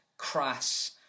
crass